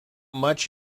much